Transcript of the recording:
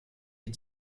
est